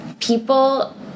people